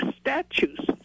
statues